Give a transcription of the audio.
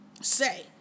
say